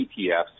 ETFs